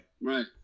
Right